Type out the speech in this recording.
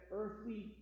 earthly